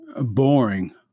boring